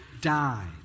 died